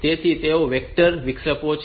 તેથી તેઓ વેક્ટર વિક્ષેપો છે